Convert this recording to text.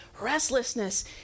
Restlessness